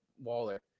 Waller